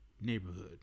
neighborhood